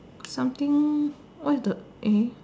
something what is the eh